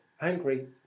angry